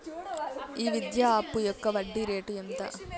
ఈ విద్యా అప్పు యొక్క వడ్డీ రేటు ఎంత?